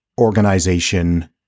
organization